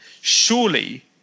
surely